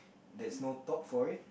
there's no top for it